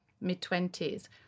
mid-twenties